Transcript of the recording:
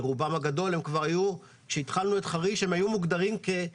ברובם הגדול כשהתחלנו את חריש הם היו מוגדרים בתכנית המתאר המחוזית.